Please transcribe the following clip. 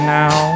now